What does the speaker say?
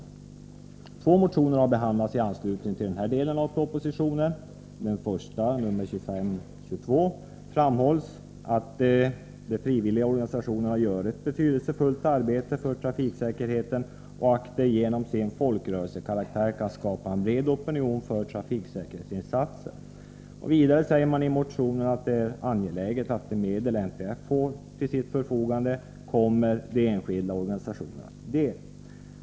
Två motioner har behandlats i anslutning till denna del av propositionen. I den första, nr 2522, framhålls att de frivilliga organisationerna gör ett betydelsefullt arbete för trafiksäkerheten och att de genom sin folkrörelsekaraktär kan skapa en bred opinion för trafiksäkerhetsinsatser. Vidare sägs i motionen att det är angeläget att de medel NTF får till sitt förfogande kommer de enskilda organisationerna till del.